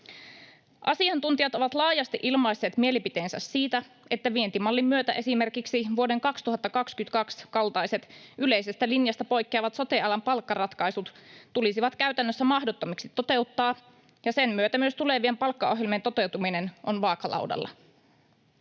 Asiantuntijat ovat laajasti ilmaisseet mielipiteensä siitä, että vientimallin myötä esimerkiksi vuoden 2022 kaltaiset, yleisestä linjasta poikkeavat sote-alan palkkaratkaisut tulisivat käytännössä mahdottomiksi toteuttaa, ja sen myötä myös tulevien palkkaohjelmien toteutuminen on vaakalaudalla.